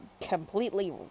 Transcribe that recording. completely